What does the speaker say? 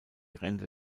ränder